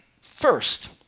first